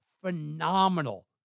phenomenal